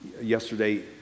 yesterday